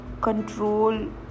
control